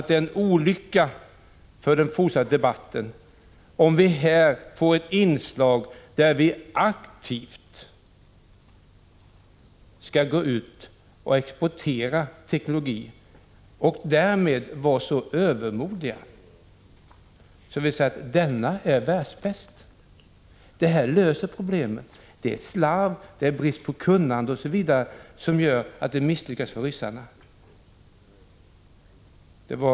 Men det är en olycka för den fortsatta debatten om vi här får ett inslag där vi talar om att aktivt gå ut och exportera teknologi och därvid är så övermodiga att vi säger att vår teknologi är världsbäst och att den löser problemen. Det har talats om att det är slarv och brist på kunnande som gör att ryssarna har misslyckats.